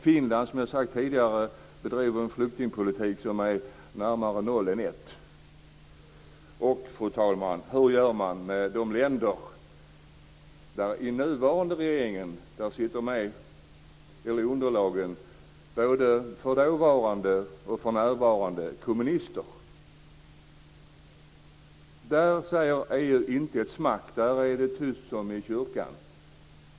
Finland bedriver, som jag sagt tidigare, en flyktingpolitik som ligger närmare noll än ett. Och, fru talman, hur gör man med de länder där det i de nuvarande regeringarnas underlag finns med både dåvarande och nuvarande kommunister? Där säger inte EU ett smack. Där är det tyst som i kyrkan.